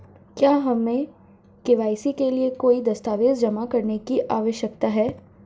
क्या हमें के.वाई.सी के लिए कोई दस्तावेज़ जमा करने की आवश्यकता है?